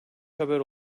haber